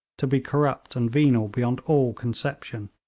to be corrupt and venal beyond all conception,